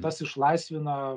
tas išlaisvina